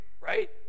Right